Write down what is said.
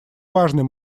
важный